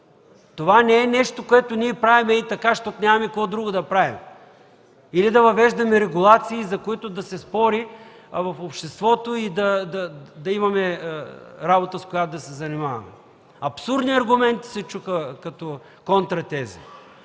Това не е нещо, което ние правим хей така, защото няма какво друго да правим или да въвеждаме регулации, за които да се спори в обществото и да имаме работа, с която да се занимаваме. Абсурдни аргументи се чуха като контра тези!